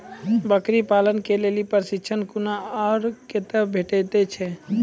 बकरी पालन के लेल प्रशिक्षण कूना आर कते भेटैत छै?